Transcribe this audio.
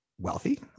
wealthy